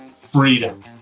freedom